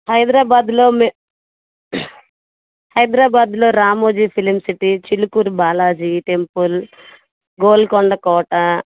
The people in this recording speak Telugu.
హైదరాబాద్లో హైదరాబాద్లో Ramoji film city Chilkur Balaji temple Golconda quota